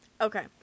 Okay